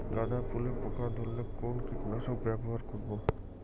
গাদা ফুলে পোকা ধরলে কোন কীটনাশক ব্যবহার করব?